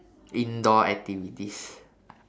indoor activities